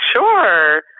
Sure